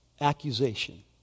accusation